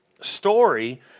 story